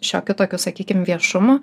šiokiu tokiu sakykim viešumu